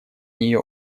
нее